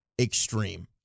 Extreme